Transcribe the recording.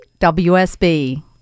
WSB